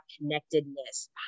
connectedness